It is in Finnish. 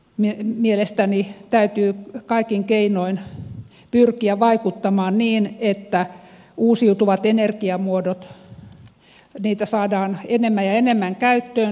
mielestäni sen takia täytyy kaikin keinoin pyrkiä vaikuttamaan niin että uusiutuvia energiamuotoja saadaan enemmän ja enemmän käyttöön suomessa